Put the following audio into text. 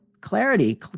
clarity